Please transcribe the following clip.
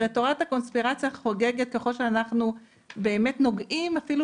תורת הקונספירציה חוגגת ככל שאנחנו נוגעים אפילו